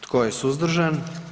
Tko je suzdržan?